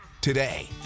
today